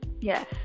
Yes